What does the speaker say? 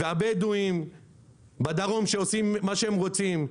והבדואים בדרום עושים מה שהם רוצים'.